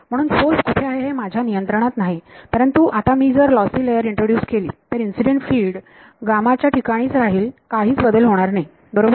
म्हणून सोर्स कुठे आहे हे माझ्या नियंत्रणात नाही परंतु आता मी जर लॉसी लेअर इंट्रोड्युस केली तर इन्सिडेंट फिल्ड याठिकाणी च राहील काहीच बदल होणार नाही बरोबर